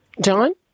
John